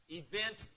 event